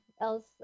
else